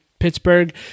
Pittsburgh